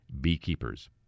beekeepers